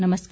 नमस्कार